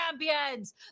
champions